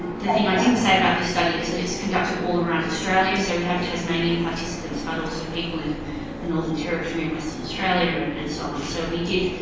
the thing i didn't say about this study is that it's conducted all around australia, so we have tasmanian participants, but also people in the northern territory and western australia and and so on. so we did,